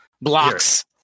blocks